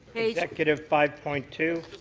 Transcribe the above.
kind of five point two